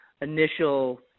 initial